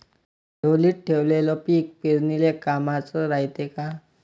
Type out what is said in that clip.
ढोलीत ठेवलेलं पीक पेरनीले कामाचं रायते का?